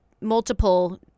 multiple